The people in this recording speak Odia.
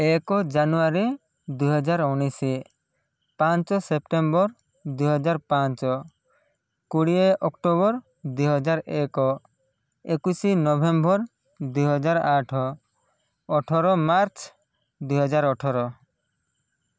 ଏକ ଜାନୁଆରୀ ଦୁଇହଜାର ଉଣେଇଶ ପାଞ୍ଚ ସେପ୍ଟେମ୍ବର ଦୁଇହଜାର ପାଞ୍ଚ କୋଡ଼ିଏ ଅକ୍ଟୋବର ଦୁଇହଜାର ଏକ ଏକୋଇଶ ନଭେମ୍ବର ଦୁଇହଜାର ଆଠ ଅଠର ମାର୍ଚ୍ଚ ଦୁଇହଜାର ଅଠର